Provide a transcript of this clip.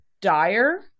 dire